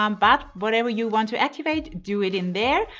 um but whatever you want to activate, do it in there.